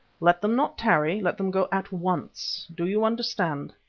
let them not tarry. let them go at once. do you understand?